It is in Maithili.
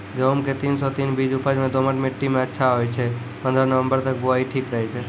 गेहूँम के तीन सौ तीन बीज उपज मे दोमट मिट्टी मे अच्छा होय छै, पन्द्रह नवंबर तक बुआई ठीक रहै छै